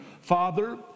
Father